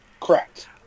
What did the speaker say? Correct